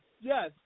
Yes